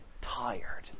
tired